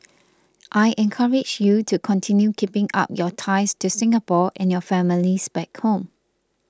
I encourage you to continue keeping up your ties to Singapore and your families back home